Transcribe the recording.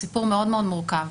זה סיפור מאוד מאוד מורכב.